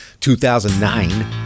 2009